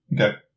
Okay